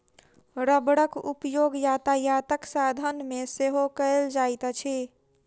रबड़क उपयोग यातायातक साधन मे सेहो कयल जाइत अछि